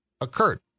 occurred